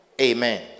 Amen